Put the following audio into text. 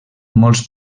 molts